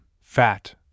fat